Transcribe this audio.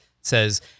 says